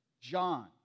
John